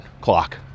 clock